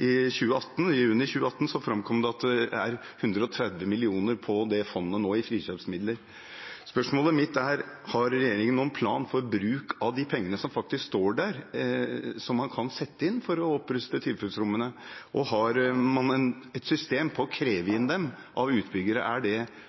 i juni 2018 framkom det at det nå er 130 mill. kr i frikjøpsmidler i det fondet. Spørsmålet mitt er: Har regjeringen noen plan for bruk av de pengene som faktisk står der som man kan sette inn for å oppruste tilfluktsrommene, og har man et system for å kreve dem inn av utbyggere? Eller er det